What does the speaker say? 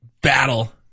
Battle